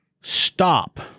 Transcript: stop